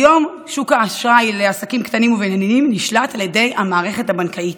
כיום שוק האשראי לעסקים קטנים ובינוניים נשלט על ידי המערכת הבנקאית,